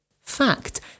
fact